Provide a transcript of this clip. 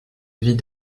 vie